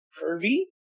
Kirby